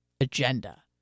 agenda